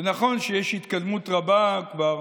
זה נכון שיש התקדמות רבה, כבר